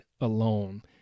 alone